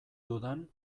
dudan